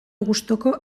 gustuko